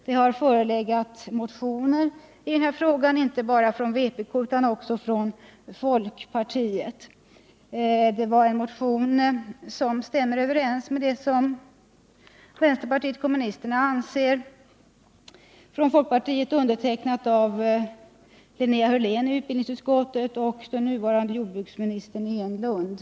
Det har väckts motioner i denna fråga inte bara från vänsterpartiet kommunisterna utan också från folkpartiet. Linnea Hörlén i utbildningsutskottet och den nuvarande jordbruksministern Eric Enlund väckte en motion vars innehåll stämmer överens med vad vänsterpartiet kommunisterna anser i denna fråga.